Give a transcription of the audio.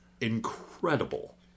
incredible